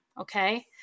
Okay